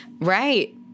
Right